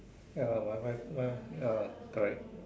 ya my wife my ya correct